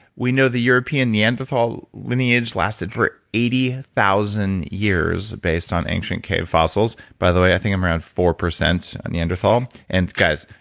we know the european neanderthal lineage lasted for eighty thousand years, based on ancient cave fossils by the way, i think um around four percent neanderthal. and guys,